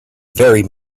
very